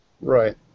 Right